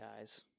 guys